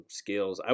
skills